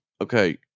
Okay